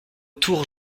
tour